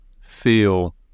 feel